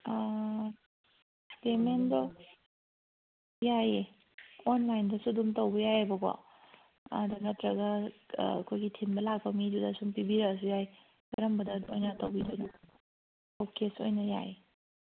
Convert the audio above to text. ꯄꯦꯃꯦꯟꯗꯣ ꯌꯥꯏꯌꯦ ꯑꯣꯟꯂꯥꯏꯟꯗꯁꯨ ꯑꯗꯨꯝ ꯇꯧꯕ ꯌꯥꯏꯕꯀꯣ ꯑꯗꯣ ꯅꯠꯇ꯭ꯔꯒ ꯑꯩꯈꯣꯏꯒꯤ ꯊꯤꯟꯕ ꯂꯥꯛꯄ ꯃꯤꯗꯨꯗ ꯁꯨꯝ ꯄꯤꯕꯤꯔꯛꯑꯁꯨ ꯌꯥꯏ ꯀꯔꯝꯕꯗ ꯑꯣꯏꯅ ꯇꯧꯕꯤꯗꯣꯏꯅꯣ ꯑꯣ ꯀꯦꯁ ꯑꯣꯏꯅ ꯌꯥꯏꯌꯦ